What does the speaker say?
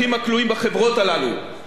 אלו חברות שלא עברו על החוק,